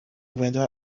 window